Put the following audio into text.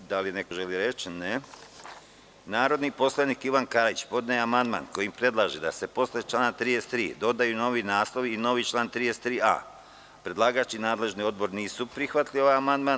Da li želi reč neko? (Ne.) Narodni poslanik Ivan Karić podneo je amandman kojim predlaže da se posle člana 33. dodaju novi naslovi i novi član 33a. Predlagač i nadležni odbor nisu prihvatili ovaj amandman.